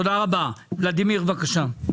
ולדימיר, בקשה.